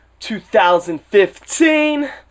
2015